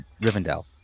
Rivendell